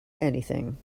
anything